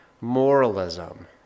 Moralism